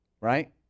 Right